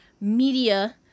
media